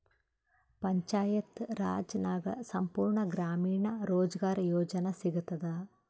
ಪಂಚಾಯತ್ ರಾಜ್ ನಾಗ್ ಸಂಪೂರ್ಣ ಗ್ರಾಮೀಣ ರೋಜ್ಗಾರ್ ಯೋಜನಾ ಸಿಗತದ